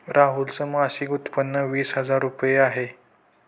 राहुल च मासिक उत्पन्न वीस हजार रुपये आहे